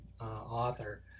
author